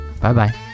bye-bye